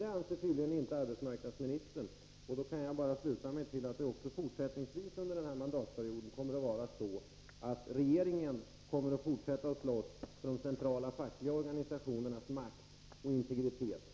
Det anser tydligen inte arbetsmarknadsministern, och då kan jag bara sluta mig till att det också fortsättningsvis under den här mandatperioden kommer att vara så att regeringen fortsätter att slåss för de centrala fackliga organisationernas makt och integritet.